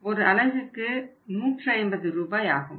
ஒரு அலகுக்கு 150 ரூபாய் ஆகும்